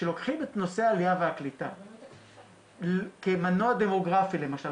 שלוקחים את נושא העלייה והקליטה כמנוע דמוגרפי למשל,